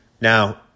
Now